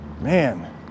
man